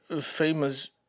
famous